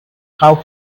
how